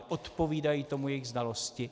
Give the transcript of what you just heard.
Odpovídají tomu jejich znalosti?